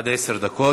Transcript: עד עשר דקות.